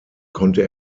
konnte